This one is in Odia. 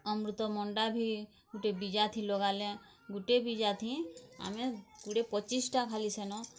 ଅମୃତଭଣ୍ଡା ବି ଗୁଟେ ବୀଜା ଥି ଲଗାଲେ ଗୁଟେ ବୀଜା ଥି ଆମେ କୋଡ଼ିଏ ପଚିଶ୍ ଟା ଖାଲି ସେନ୍